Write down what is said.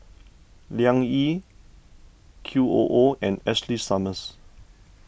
Liang Yi Q O O and Ashley Summers